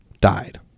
...died